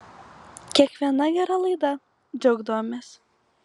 kiekviena gera laida džiaugdavomės